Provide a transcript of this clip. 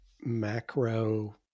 macro